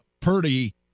Purdy